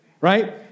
right